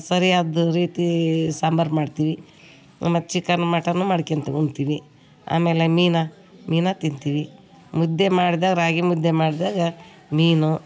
ಸರಿಯಾದ ರೀತಿ ಸಾಂಬಾರು ಮಾಡ್ತೀವಿ ಮತ್ತು ಚಿಕನ್ ಮಟನ್ನು ಮಾಡ್ಕೊಳ್ತೀವಿ ಉಣ್ತೀವಿ ಆಮೇಲೆ ಮೀನು ಮೀನು ತಿಂತೀವಿ ಮುದ್ದೆ ಮಾಡಿದಾಗ ರಾಗಿ ಮುದ್ದೆ ಮಾಡಿದಾಗ ಮೀನು